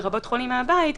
לרבות חולים מהבית,